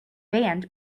band